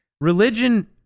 Religion